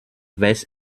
weiß